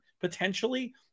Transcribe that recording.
potentially